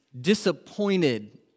disappointed